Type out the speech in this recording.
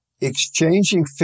exchanging